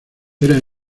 era